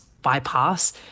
bypass